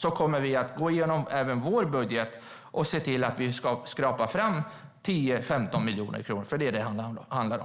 tänker vi gå hem och gå igenom även vår budget och se till att vi skrapar fram 10-15 miljoner kronor. Det är vad det handlar om.